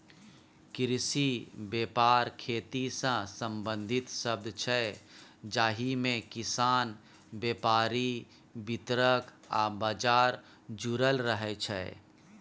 कृषि बेपार खेतीसँ संबंधित शब्द छै जाहिमे किसान, बेपारी, बितरक आ बजार जुरल रहय छै